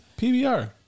PBR